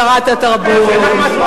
ולא לבקש להפוך את זה להצעה לסדר-היום.